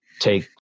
take